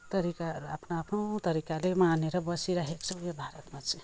तरिकाहरू आफ्नो आफ्नो तरिकाले मानेर बसिरहेका छौँ यो भारतमा चाहिँ